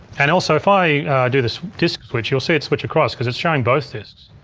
and also if i do the disk switch you'll see it switch across cause it's showing both disks.